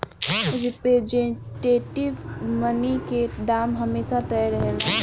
representative money के दाम हमेशा तय रहेला